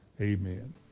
Amen